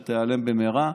שהיא תיעלם במהרה.